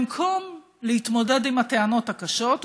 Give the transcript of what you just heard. במקום להתמודד עם הטענות הקשות,